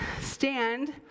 stand